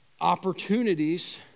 opportunities